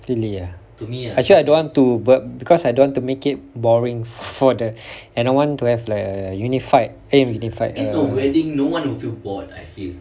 really ah actually I don't want to but because I don't want to make it boring for them and I want to have like unified err unified